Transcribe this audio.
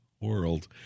world